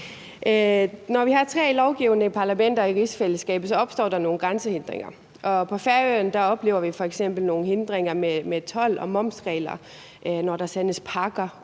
Når vi har tre lovgivende parlamenter i rigsfællesskabet, opstår der nogle grænsehindringer. På Færøerne oplever vi f.eks. nogle hindringer i forbindelse med told- og momsregler, når der sendes pakker